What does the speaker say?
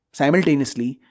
simultaneously